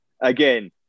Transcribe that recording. Again